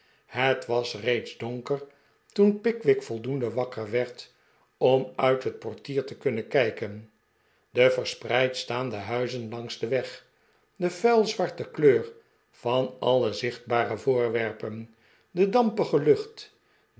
het was reeds donker toen pickwick voldoende wakker werd om uit het portier te kunnen kijken de verspreid staande huizen langs den weg de vuilzwarte kleur van alle zichtbare voorwerpen de dampige lucht